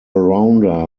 rounder